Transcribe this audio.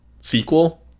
sequel